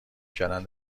کردن